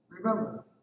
Remember